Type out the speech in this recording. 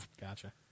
gotcha